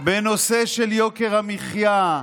בנושא של יוקר המחיה,